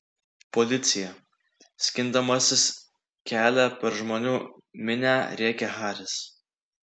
policija skindamasis kelią per žmonių minią rėkė haris